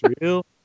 real